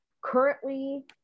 currently